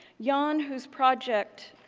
yon whose project